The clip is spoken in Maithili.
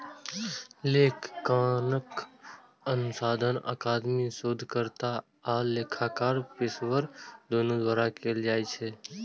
लेखांकन अनुसंधान अकादमिक शोधकर्ता आ लेखाकार पेशेवर, दुनू द्वारा कैल जाइ छै